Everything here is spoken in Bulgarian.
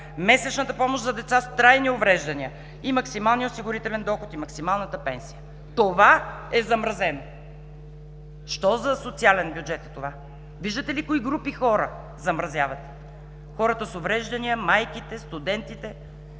месечната помощ за деца с трайни увреждания, максималния осигурителен доход и максималната пенсия. Това е замразено. Що за социален бюджет е това? Виждате ли кои групи хора замразявате? Хората с увреждания, майките, студентите.